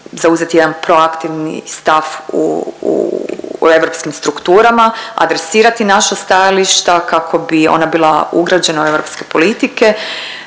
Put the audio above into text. zauzeti jedan proaktivni stav u europskim strukturama, adresirati naša stajališta kako bi ona bila ugrađena u europske politike.